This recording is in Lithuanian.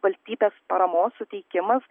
valstybės paramos suteikimas